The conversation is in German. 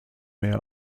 mehr